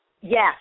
Yes